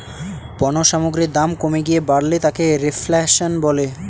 পণ্য সামগ্রীর দাম কমে গিয়ে বাড়লে তাকে রেফ্ল্যাশন বলে